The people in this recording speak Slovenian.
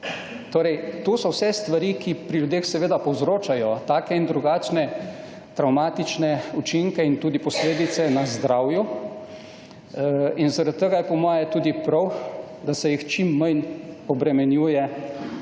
Torej, to so vse stvari, ki pri ljudeh seveda povzročajo take in drugačne travmatične učinke in tudi posledice na zdravju. In zaradi tega je po moje tudi prav, da se jih čim manj obremenjuje